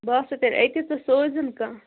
بہٕ ٲسٕے تیٚلہِ أتی ژٕ سوٗزۍ زن کانٛہہ